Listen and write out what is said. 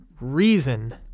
reason